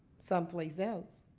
someplace else.